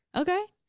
okay,